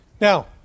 Now